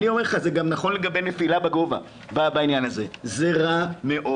אני אומר לך שזה גם נכון לגבי נפילה מהגובה בעניין הזה זה רע מאוד.